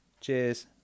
cheers